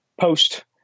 post